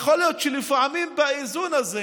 יכול להיות שלפעמים באיזון הזה